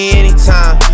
anytime